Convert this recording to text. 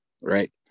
Right